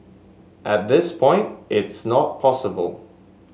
at this point it's not possible